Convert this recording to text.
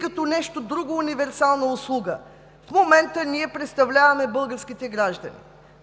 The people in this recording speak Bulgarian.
като друга универсална услуга.“ В момента ние представляваме българските граждани.